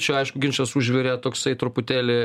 čia aišku ginčas užvirė toksai truputėlį